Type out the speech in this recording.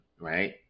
right